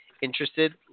interested